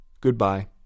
Goodbye